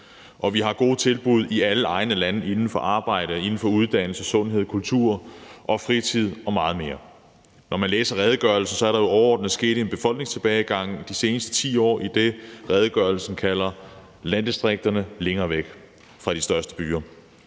at vi har gode tilbud i alle egne af landet inden for arbejde, uddannelse, sundhed, kultur, fritid og meget mere. Når man læser redegørelsen, ser man, at der overordnet er sket en befolkningstilbagegang de seneste 10 år i det, redegørelsen kalder »landdistrikterne længere væk fra de større byer«.